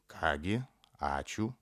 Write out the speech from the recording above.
ką gi ačiū